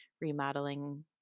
remodeling